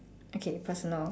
okay personal